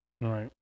Right